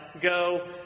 Go